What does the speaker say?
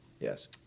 Yes